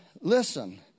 listen